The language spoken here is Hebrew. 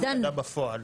זה הפקדה בפועל.